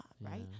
right